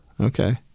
Okay